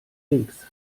links